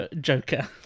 Joker